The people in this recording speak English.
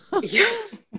Yes